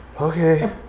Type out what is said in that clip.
okay